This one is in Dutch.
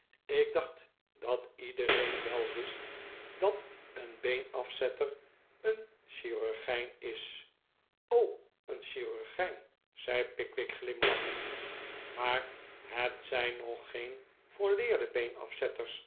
ik dacht dat iedereen wel wist dat een beenafzetter een chirurgijn is g een chirurgijn zei pickwick glimlachend maar het zijn nog geen volleerde beenafzetters